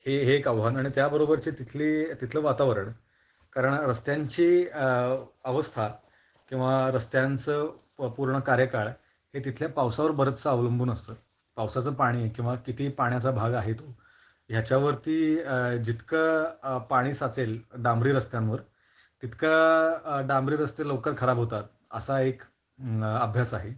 हे एक आव्हान आणि त्याबरोबरची तिथली तिथलं वातावरण कारण रस्त्यांची अवस्था किंवा रस्त्यांचं प पूर्ण कार्यकाळ हे तिथल्या पावसावर बरंचसं अवलंबून असतं पावसाचं पाणी किंवा किती पाण्याचा भाग आहे तो ह्याच्यावरती जितकं पाणी साचेल डांबरी रस्त्यांवर तितका डांबरी रस्ते लवकर खराब होतात असा एक अभ्यास आहे